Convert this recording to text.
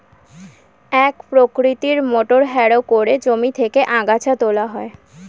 এক প্রকৃতির motor harrow করে জমি থেকে আগাছা তোলা হয়